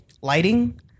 lighting